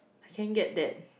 I can't get that